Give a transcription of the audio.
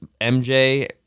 MJ